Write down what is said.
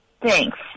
Thanks